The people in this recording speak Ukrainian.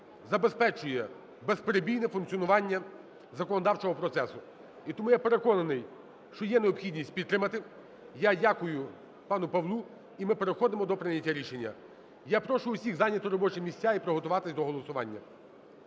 забезпечує безперебійне функціонування законодавчого процесу. І тому я переконаний, що є необхідність підтримати. Я дякую пану Павлу. І ми переходимо до прийняття рішення. Я прошу всіх зайняти робочі місця і приготуватись до голосування.